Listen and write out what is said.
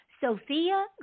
Sophia